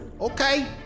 Okay